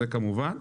זה כמובן,